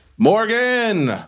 Morgan